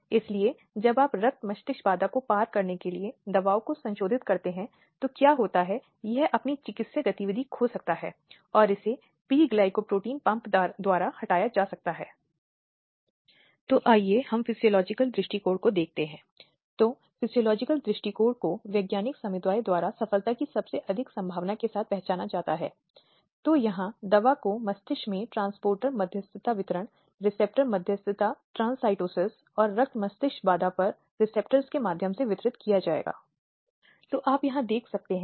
तो इसलिए यह कुछ शारीरिक कृत्यों की बात करता है शारीरिक प्रगति के संदर्भ में जो किसी व्यक्ति के खिलाफ की जाती है या शायद कुछ को यौन अनुग्रह की आवश्यकता होती है जो कि अनुरोध किया जा रहा है और वह रोजगार के संबंध में हो सकता है या अन्यथा एक महिला को अश्लील साहित्य भी दिखाया जा सकता है जिसको ये आपत्तिजनक लगता है जो इसे अनसुना कर देती है